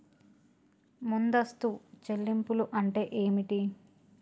ముందస్తు చెల్లింపులు అంటే ఏమిటి?